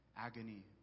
agony